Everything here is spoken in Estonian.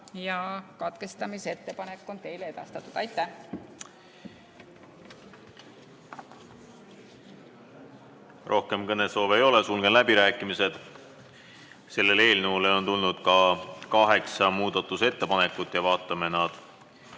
ja katkestamise ettepanek on teile edastatud. Aitäh! Rohkem kõnesoove ei ole, sulgen läbirääkimised. Selle eelnõu kohta on tulnud kaheksa muudatusettepanekut ja vaatame need